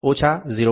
05 0